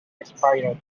expired